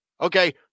Okay